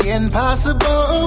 impossible